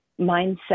mindset